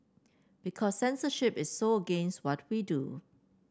because censorship is so against what we do